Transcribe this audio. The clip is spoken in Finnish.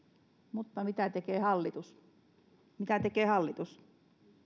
mutta mitä tekee hallitus mitä tekee hallitus